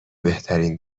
بهترین